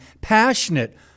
passionate